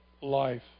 life